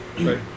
right